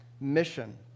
mission